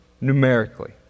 numerically